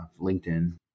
linkedin